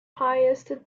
highest